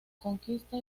conquista